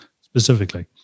specifically